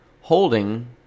holding